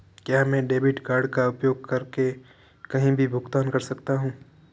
क्या मैं debit card का उपयोग करके कहीं भी भुगतान कर सकता हूं?